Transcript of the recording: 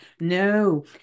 No